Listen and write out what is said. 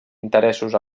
interessos